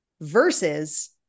versus